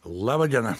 laba diena